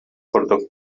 курдук